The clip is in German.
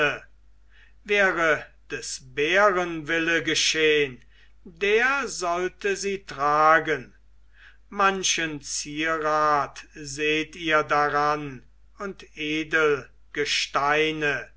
wäre des bären wille geschehn der sollte sie tragen manchen zierat seht ihr daran und